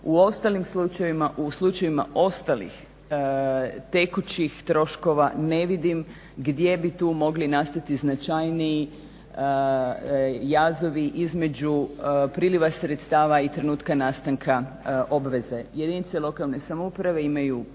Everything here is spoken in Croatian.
u slučajevima ostalih tekućih troškova ne vidim gdje bi tu mogli nastati značajniji jazovi između priliva sredstava i trenutka nastanka obveze. Jedinice lokalne samouprave imaju